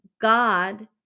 god